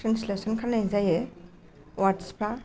translation खालायनाय जायो अवार्दसफ्रा